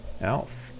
Elf